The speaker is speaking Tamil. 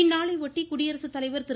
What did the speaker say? இந்நாளை ஒட்டி குடியரசுத்தலைவர் திரு